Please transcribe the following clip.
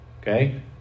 Okay